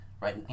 right